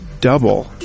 Double